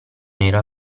era